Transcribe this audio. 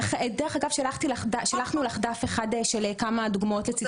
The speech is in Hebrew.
דרך אגב, שלחנו לך דף אחד של כמה דוגמות לציטוטים.